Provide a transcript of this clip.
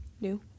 new